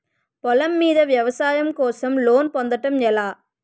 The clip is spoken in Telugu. పొలం మీద వ్యవసాయం కోసం లోన్ పొందటం ఎలా?